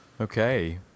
Okay